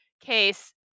case